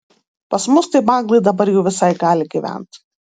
pas mus tai banglai dabar jau visai gali gyvent